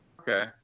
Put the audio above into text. okay